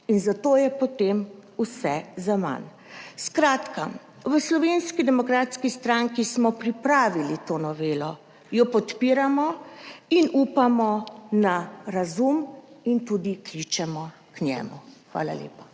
in zato je potem vse zaman. Skratka, v Slovenski demokratski stranki smo pripravili to novelo, jo podpiramo in upamo na razum in tudi kličemo k njemu. Hvala lepa.